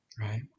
right